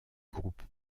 groupe